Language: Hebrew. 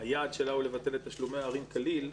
שהיעד שלה הוא לבטל את תשלומי הורים ההורים כליל,